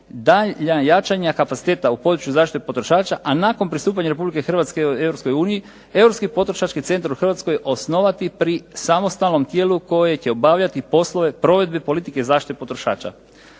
daljnja jačanja kapaciteta u području zaštite potrošača, a nakon pristupanja Republike Hrvatske Europskoj uniji Europski potrošački centar u Hrvatskoj osnovati pri samostalnom tijelu koje će obavljati poslove provedbe politike zaštite potrošača.